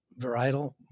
varietal